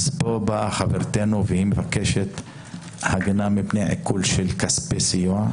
אז פה באה חברתנו והיא מבקשת הגנה מפני עיקול של כספי סיוע.